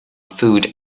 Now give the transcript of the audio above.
food